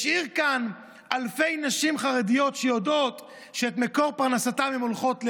השאיר כאן אלפי נשים חרדיות שיודעות שאת מקור פרנסתן הן הולכות לאבד,